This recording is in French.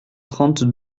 trente